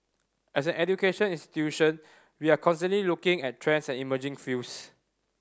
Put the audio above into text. as an education institution we are constantly looking at trends and emerging fields